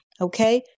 Okay